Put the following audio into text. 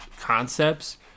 concepts